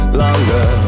longer